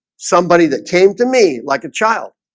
somebody that came to me like a child,